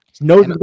No